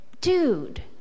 dude